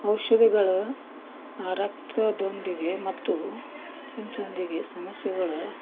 ಔಷಧಿಗಳು ರಕ್ತದೊಂದಿಗೆ ಮತ್ತು ಸಮಸ್ಯೆಗಳು